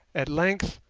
at length,